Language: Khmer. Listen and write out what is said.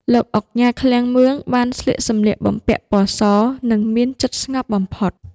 លោកឧកញ៉ា ឃ្លាំងមឿង បានស្លៀកសម្លៀកបំពាក់ពណ៌ស និងមានចិត្តស្ងប់បំផុត។